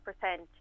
percent